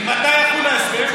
ממתי יחול ההסדר?